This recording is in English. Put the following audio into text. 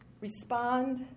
Respond